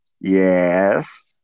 Yes